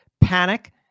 panic